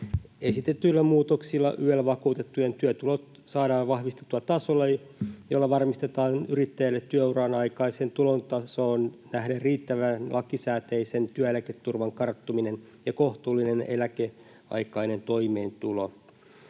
Esitetyillä muutoksilla YEL-vakuutettujen työtulot saadaan vahvistettua tasolle, jolla varmistetaan yrittäjille työuran aikaiseen tulotasoon nähden riittävän lakisääteisen työeläketurvan karttuminen ja kohtuullinen eläkeaikainen toimeentulo.